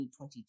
2022